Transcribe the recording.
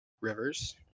Rivers